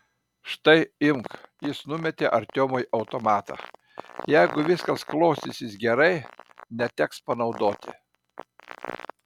štai imk jis numetė artiomui automatą jeigu viskas klostysis gerai neteks panaudoti